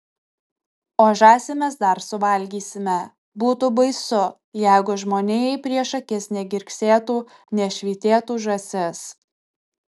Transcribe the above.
o žąsį mes dar suvalgysime būtų baisu jeigu žmonijai prieš akis negirgsėtų nešvytėtų žąsis